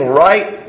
right